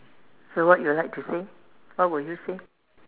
so what you like to say what would you say